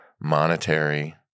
monetary